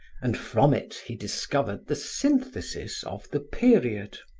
and from it he discovered the synthesis of the period.